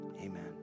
Amen